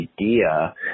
idea